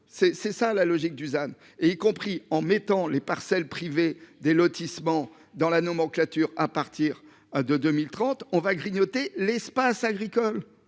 c'est cela, la logique du ZAN. En revanche, en faisant entrer les parcelles privées des lotissements dans la nomenclature à partir de 2030, on va grignoter l'espace agricole,